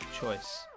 choice